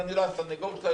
ואני לא הסנגור שלה,